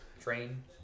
Train